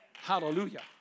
Hallelujah